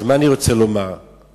אז אני רוצה לומר,